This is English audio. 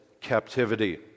captivity